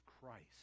Christ